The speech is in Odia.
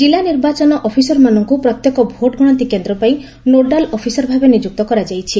ଜିଲ୍ଲା ନିର୍ବାଚନ ଅଫିସରମାନଙ୍କୁ ପ୍ରତ୍ୟେକ ଭୋଟ୍ ଗଣତି କେନ୍ଦ୍ର ପାଇଁ ନୋଡାଲ୍ ଅଫିସର ଭାବେ ନିଯୁକ୍ତ କରାଯାଇଛି